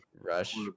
rush